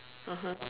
(uh huh)